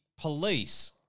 police